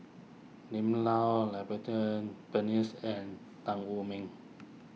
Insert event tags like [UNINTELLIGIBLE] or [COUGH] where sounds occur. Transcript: Lim Lau [UNINTELLIGIBLE] Peng Neice and Tan Wu Meng